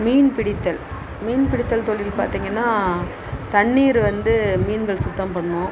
மீன் பிடித்தல் மீன் பிடித்தல் தொழில் பார்த்திங்கன்னா தண்ணீர் வந்து மீன்கள் சுத்தம் பண்ணும்